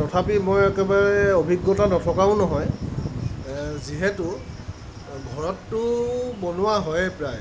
তথাপি মই একেবাৰে অভিজ্ঞতা নথকাও নহয় যিহেতু ঘৰততো বনোৱা হয়ে প্ৰায়